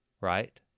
right